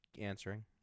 answering